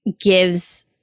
gives